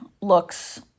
looks